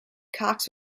cox